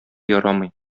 ярамый